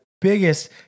biggest